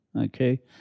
okay